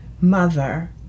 mother